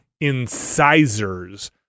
Incisors